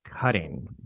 cutting